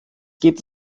geht